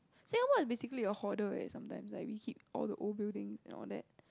Singapore is basically a hoarder eh sometimes like we keep all the old buildings and all that